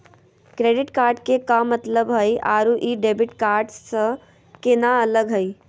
Credit card के का मतलब हई अरू ई डेबिट कार्ड स केना अलग हई?